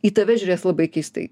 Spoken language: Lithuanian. į tave žiūrės labai keistai